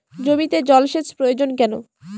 জমিতে জল সেচ প্রয়োজন কেন?